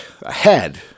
ahead